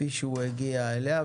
כפי שהוא הגיע אליה,